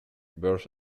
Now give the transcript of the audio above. birth